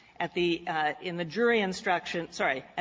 at the in the jury instruction sorry.